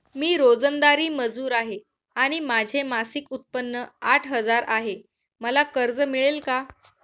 मी रोजंदारी मजूर आहे आणि माझे मासिक उत्त्पन्न आठ हजार आहे, मला कर्ज मिळेल का?